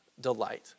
delight